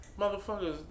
motherfuckers